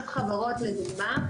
מס חברות לדוגמה,